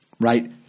right